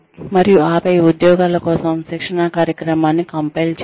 మరియు ఆపై ఉద్యోగాల కోసం శిక్షణా కార్యక్రమాన్ని కంపైల్ చేయండి